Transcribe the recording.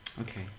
Okay